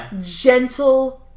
gentle